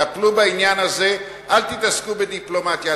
טפלו בעניין הזה, אל תתעסקו בדיפלומטיה.